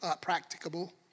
practicable